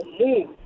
move